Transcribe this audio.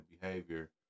behavior